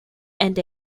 and